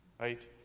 right